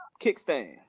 kickstand